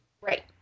Right